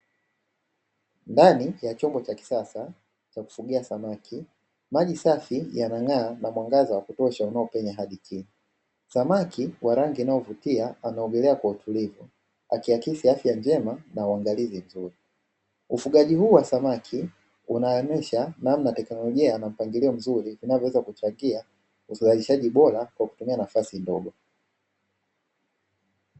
Ndani ya chombo cha kisasa cha kufugia samaki maji safi yanang'aa na mwangaza wa kutosha unaopenya hadi chini, samaki wa rangi inayovutia ameogelea kwa utulivu akiakisi afya njema na uangalizi mzuri, ufugaji huu wa samaki unaonesha namna teknolojia na mpangilio mzuri vinavyoweza kuchangia uzalishaji bora kwa kutumia nafasi ndogo.